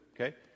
Okay